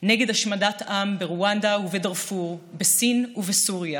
נגד השמדת עם ברואנדה ובדארפור, בסין ובסוריה,